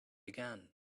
began